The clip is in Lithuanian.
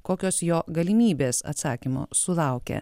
kokios jo galimybės atsakymo sulaukė